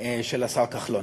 של השר כחלון.